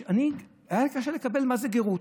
אני, היה לי קשה לקבל מה זה גרות.